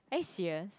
are you serious